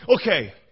okay